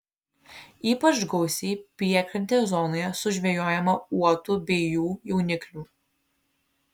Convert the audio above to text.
ypač gausiai priekrantės zonoje sužvejojama uotų bei jų jauniklių